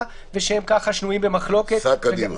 ושהם שנויים במחלוקת -- סע קדימה.